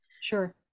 Sure